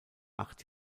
acht